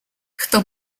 хто